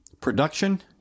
Production